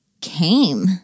came